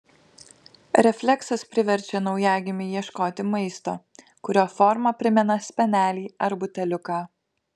refleksas priverčia naujagimį ieškoti maisto kurio forma primena spenelį ar buteliuką